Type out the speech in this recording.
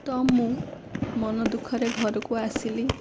ତ ମୁଁ ମନ ଦୁଃଖରେ ଘରକୁ ଆସିଲି